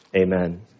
amen